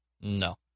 No